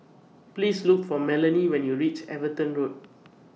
Please Look For Melany when YOU REACH Everton Road